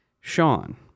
sean